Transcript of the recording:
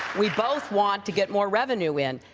we both want to get more revenue in.